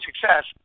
success